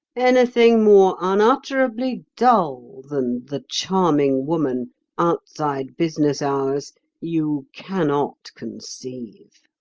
anything more unutterably dull than the charming woman outside business hours you cannot conceive